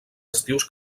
estius